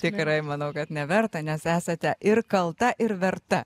tikrai manau kad neverta nes esate ir kalta ir verta